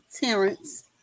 Terrence